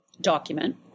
document